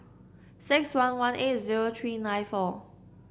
six one one eight zero three nine four